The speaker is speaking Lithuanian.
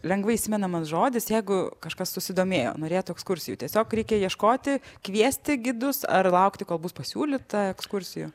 lengvai įsimenamas žodis jeigu kažkas susidomėjo norėtų ekskursijų tiesiog reikia ieškoti kviesti gidus ar laukti kol bus pasiūlyta ekskursija